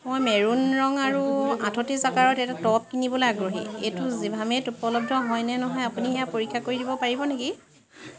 মই মেৰুন ৰঙ আৰু আঠত্ৰিছ আকাৰত এটা টপ কিনিবলৈ আগ্ৰহী এইটো জিভামেত উপলব্ধ হয় নে নহয় আপুনি সেয়া পৰীক্ষা কৰিব দিব পাৰিব নেকি